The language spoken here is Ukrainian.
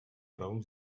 правом